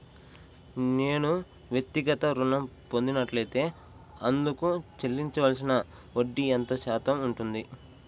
నేను వ్యక్తిగత ఋణం పొందినట్లైతే అందుకు చెల్లించవలసిన వడ్డీ ఎంత శాతం ఉంటుంది?